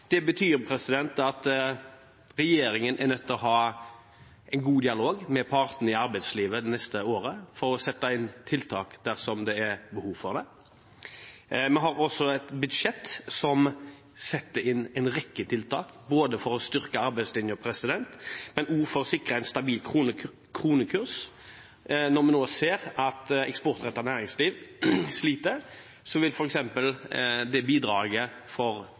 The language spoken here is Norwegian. Det betyr at regjeringen er nødt til å ha en god dialog med partene i arbeidslivet det neste året for å sette inn tiltak dersom det er behov for det. Vi har også et budsjett som setter inn en rekke tiltak, både for å styrke arbeidslinjen og for å sikre en stabil kronekurs. Når vi nå ser at eksportrettet næringsliv sliter, vil f.eks. det bidraget